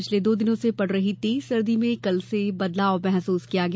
पिछले दो दिनों से पड़ रही तेज सर्दी में कल से बदलाव महसूस किया गया